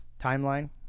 timeline